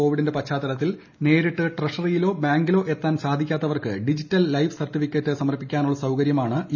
കോവിഡിന്റെ പശ്ചാത്തലത്തിൽ നേരിട്ട് ട്രഷറിയിലോ ബാങ്കിലോ എത്താൻ സാധിക്കാത്തവർക്ക് ഡിജിറ്റൽ ലൈഫ് സർട്ടിഫിക്കറ്റ് സമർപ്പിക്കാനുള്ള സൌകരൃമാണ് ഇ